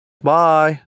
Bye